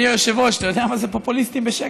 אדוני היושב-ראש, אתה יודע מה זה פופוליסטי בשקל?